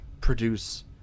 produce